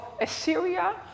Assyria